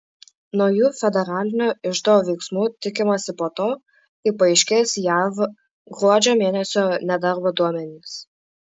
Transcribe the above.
naujų federalinio iždo veiksmų tikimasi po to kai paaiškės jav gruodžio mėnesio nedarbo duomenys